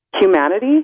humanity